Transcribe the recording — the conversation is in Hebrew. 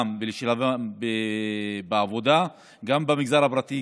לשלבם בעבודה גם במגזר הפרטי,